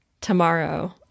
tomorrow